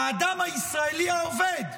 האדם הישראלי העובד,